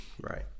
right